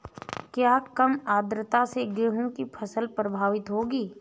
क्या कम आर्द्रता से गेहूँ की फसल प्रभावित होगी?